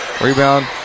Rebound